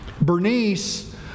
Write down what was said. Bernice